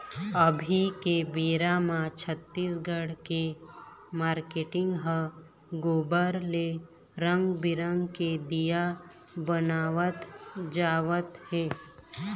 अभी के बेरा म छत्तीसगढ़ के मारकेटिंग ह गोबर ले रंग बिंरग के दीया बनवात जावत हे